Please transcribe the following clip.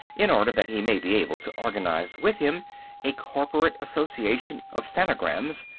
in order that he may be able to organise with him a corporate association of phanograms,